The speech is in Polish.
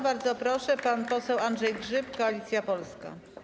Bardzo proszę, pan poseł Andrzej Grzyb, Koalicja Polska.